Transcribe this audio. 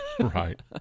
Right